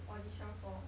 audition for